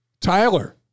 Tyler